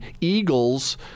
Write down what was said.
Eagles